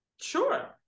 Sure